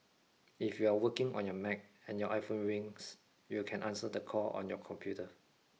if you are working on your Mac and your iPhone rings you can answer the call on your computer